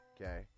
okay